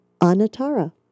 Anatara